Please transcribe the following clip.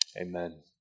Amen